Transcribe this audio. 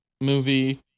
movie